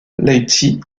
lahti